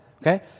okay